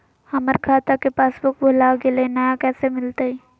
हमर खाता के पासबुक भुला गेलई, नया कैसे मिलतई?